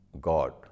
God